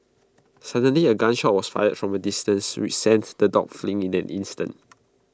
suddenly A gun shot was fired from A distance which sent the dogs fleeing in an instant